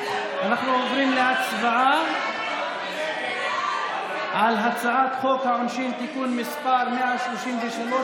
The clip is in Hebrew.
אנחנו עוברים להצבעה על הצעת חוק העונשין (תיקון מס' 133,